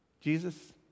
Jesus